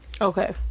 Okay